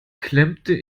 klemmte